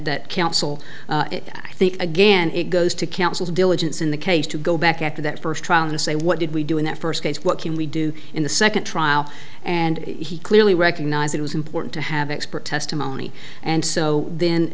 that counsel that the again it goes to counsel's diligence in the case to go back after that first trial and say what did we do in that first case what can we do in the second trial and he clearly recognized it was important to have expert testimony and so then